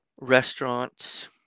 Restaurants